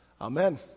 Amen